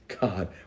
god